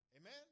Amen